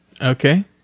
Okay